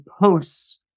posts